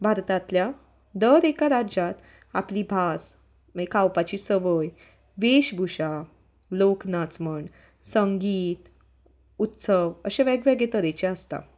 भारतांतल्या दर एका राज्यांत आपली भास मागीर खावपाची संवय वेशभुशा लोकनाच म्हण संगीत उत्सव अशे वेगवेगळे तरेचे आसता